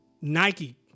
Nike